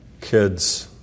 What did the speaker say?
kids